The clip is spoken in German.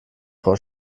frau